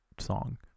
song